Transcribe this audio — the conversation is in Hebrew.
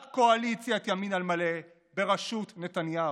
רק קואליציית ימין על מלא בראשות נתניהו,